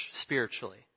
spiritually